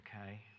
okay